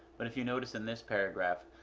but if you notice in this paragraph,